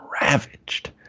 ravaged